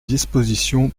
disposition